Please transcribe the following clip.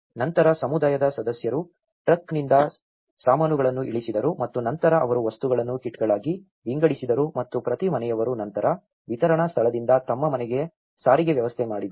ನಂತರ ಸಮುದಾಯದ ಸದಸ್ಯರು ಟ್ರಕ್ ನಿಂದ ಸಾಮಾನುಗಳನ್ನು ಇಳಿಸಿದರು ಮತ್ತು ನಂತರ ಅವರು ವಸ್ತುಗಳನ್ನು ಕಿಟ್ಗಳಾಗಿ ವಿಂಗಡಿಸಿದರು ಮತ್ತು ಪ್ರತಿ ಮನೆಯವರು ನಂತರ ವಿತರಣಾ ಸ್ಥಳದಿಂದ ತಮ್ಮ ಮನೆಗೆ ಸಾರಿಗೆ ವ್ಯವಸ್ಥೆ ಮಾಡಿದರು